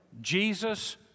Jesus